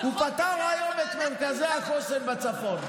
הוא פטר היום את מרכזי החוסן בצפון,